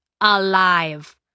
alive